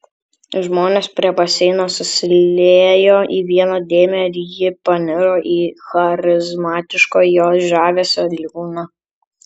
žmonės prie baseino susiliejo į vieną dėmę ir ji paniro į charizmatiško jo žavesio liūną